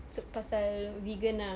se~ pasal vegan ah